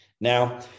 Now